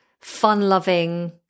fun-loving